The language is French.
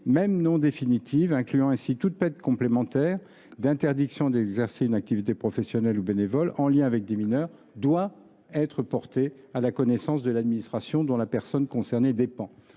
même non définitive, incluant ainsi toute peine complémentaire d’interdiction d’exercer une activité professionnelle ou bénévole en lien avec des mineurs, doit être portée à la connaissance de l’administration dont la personne concernée dépend.